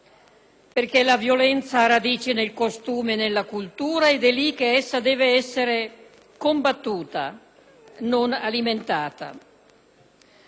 infatti, ha radici nel costume e nella cultura ed è lì che essa deve essere combattuta, non alimentata.